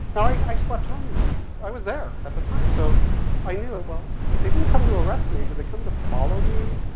like i slept home, i was there at the time, so i knew, ah well, they didn't come to arrest me, did they come to follow me?